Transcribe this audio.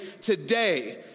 today